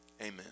Amen